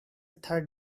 third